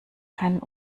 keinen